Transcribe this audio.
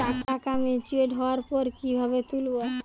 টাকা ম্যাচিওর্ড হওয়ার পর কিভাবে তুলব?